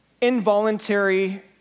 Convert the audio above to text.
involuntary